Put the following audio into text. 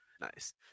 Nice